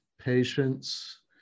patience